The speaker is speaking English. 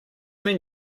mean